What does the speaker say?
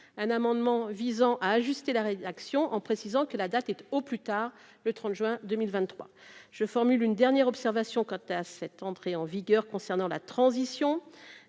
un amendement visant à ajuster la rédaction en précisant que la date au plus tard le 30 juin 2023 je formule une dernière observation quant à cette entrée en vigueur concernant la transition,